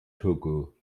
togo